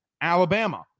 Alabama